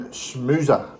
Schmoozer